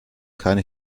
keine